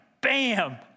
bam